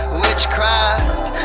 witchcraft